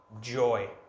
joy